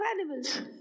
animals